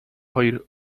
хоёр